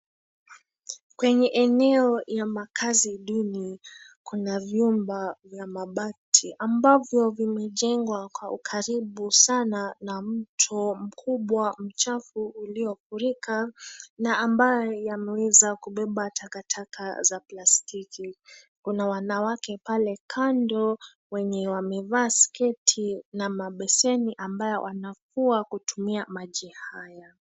Kwenye eneo ya makazi duni kuna vyumba vya mabati ambavyo vimejengwa kwa ukaribu sana na mto mkubwa mchafu uliofurika na ambaye yameweza kubeba takataka za plastiki. Kuna wanawake pale kando wenye wamevaa sketi na mabeseni ambaye wanafua kutumia maji haya.